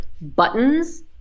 buttons